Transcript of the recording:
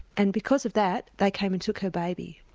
and because of that, they came and took her baby.